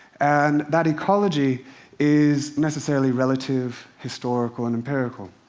and that ecology is necessarily relative, historical and empirical.